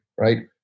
Right